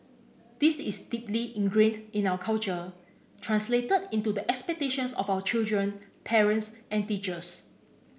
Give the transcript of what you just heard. this is deeply ingrained in our culture translated into the expectations of our children parents and teachers